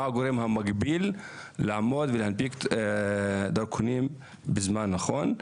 מה הגורם המגביל להנפיק דרכונים בזמן הנכון.